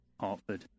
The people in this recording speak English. Hartford